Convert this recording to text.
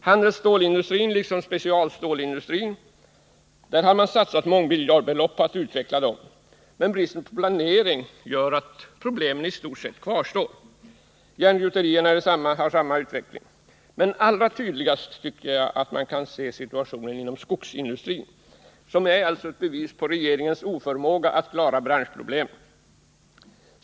Man har satsat miljardbelopp för att utveckla handelsstålsindustrin och specialstålsindustrin, men bristen på planering gör att problemen i stort sett kvarstår. För järngjuterierna är utvecklingen densamma. Men allra tydligast framstår situationen inom skogsindustrin, som är ett bevis på regeringens oförmåga att klara branschens problem.